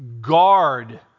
guard